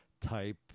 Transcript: type